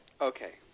Okay